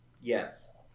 Yes